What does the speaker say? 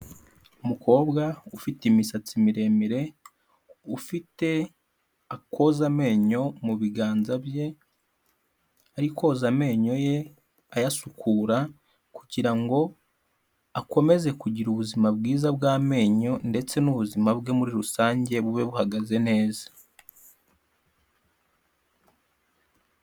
Umukobwa ufite imisatsi miremire ufite akoza amenyo mu biganza bye, ari koza amenyo ye ayasukura kugira ngo akomeze kugira ubuzima bwiza bw'amenyo ndetse n'ubuzima bwe muri rusange bube buhagaze neza.